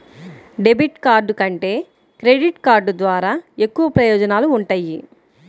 debit card కంటే credit card ద్వారా ఎక్కువ ప్రయోజనాలు వుంటయ్యి